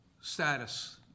status